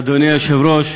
אדוני היושב-ראש,